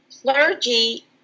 clergy